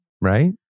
right